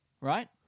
right